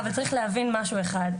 אבל צריך להבין משהו אחד,